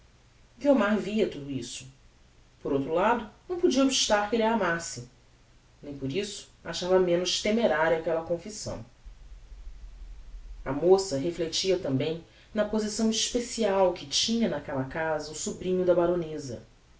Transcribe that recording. guiomar via tudo isso e por outro lado não podia obstar que elle a amasse nem por isso achava menos temeraria aquella confissão a moça reflectia tambem na posição especial que tinha naquella casa o sobrinho da baroneza